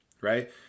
right